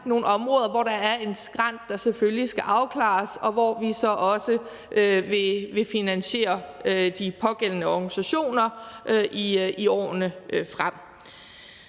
nogle områder, hvor der er en skrænt, hvor der selvfølgelig skal ske en afklaring, og hvor vi så også vil finansiere de pågældende organisationer i årene frem.